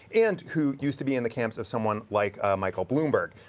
and who used to be in the camp of someone like ah michael bloomberg.